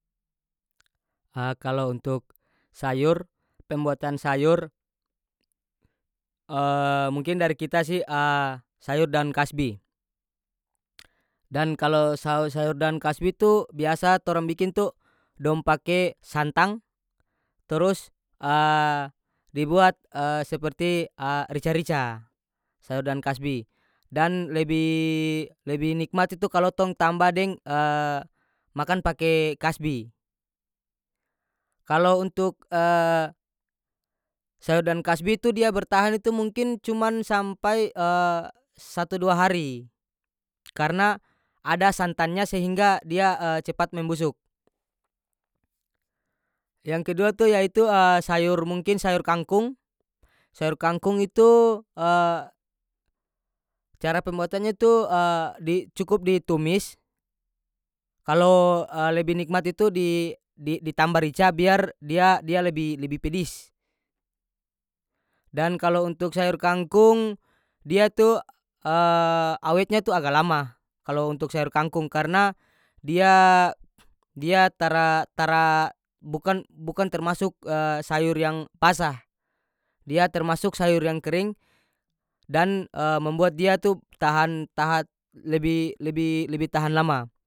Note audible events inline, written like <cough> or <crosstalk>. <hesitation> kalo untuk sayor pembuatan sayor <hesitation> mungkin dari kita sih <hesitation> sayor daun kasbi dan kalo saus-sayur daun kasbi itu biasa torang bikin tu dong pake santag turus <hesitation> dibuat <hesitation> seperti <hesitation> rica-rica sayor daun kasbi dan lebih- lebih nikmat itu kalo tong tamba deng <hesitation> makan pake kasbi kalo untuk <hesitation> sayur daun kasbi itu dia bertahan itu mungkin cuman sampai <hesitation> satu dua hari karena ada santannya sehingga dia <hesitation> cepat membusuk yang kedua tu yaitu <hesitation> sayur mungkin sayur kangkung sayur kangkung itu <hesitation> cara pembuatannya itu <hesitation> di cukup ditumis kalo <hesitation> lebi nikmat itu di- di tamba rica biar dia- dia lebi- lebi pedis dan kalo untuk sayur kangkung dia tu <hesitation> awetnya tu agak lama kalo untuk sayur kangkung karena dia- dia tara- tara bukan- bukan termasuk <hesitation> sayur yang basah dia termasuk sayur yang kering dan <hesitation> membuat dia tu tahan tahat lebi lebi- lebi tahan lama.